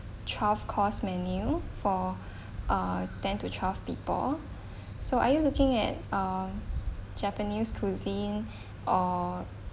twelve course menu for err ten to twelve people so are you looking at uh japanese cuisine or